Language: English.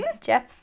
Jeff